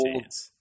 chance